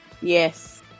Yes